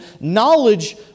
knowledge